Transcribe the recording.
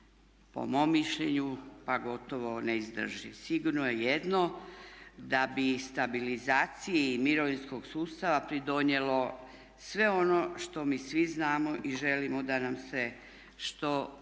po mom mišljenju pa gotovo neizdrživ. Sigurno je jedno da bi stabilizaciji mirovinskog sustava pridonijelo sve ono što mi svi znamo i želimo da nam se što prije